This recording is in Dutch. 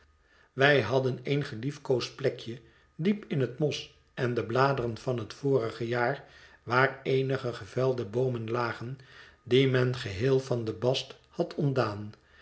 wij hadden één geliefkoosd plekje diep in het mos en de bladeren van het vorige jaar waar eenige gevelde boomen lagen die men geheel van den bast had ontdaan